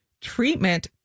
treatment